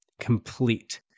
complete